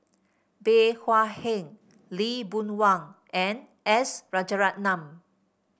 Bey Hua Heng Lee Boon Wang and S Rajaratnam